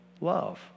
love